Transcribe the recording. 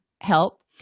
help